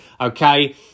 Okay